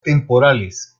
temporales